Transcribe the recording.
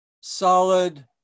solid